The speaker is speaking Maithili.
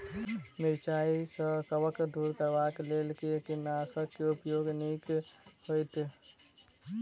मिरचाई सँ कवक दूर करबाक लेल केँ कीटनासक केँ उपयोग केनाइ नीक होइत?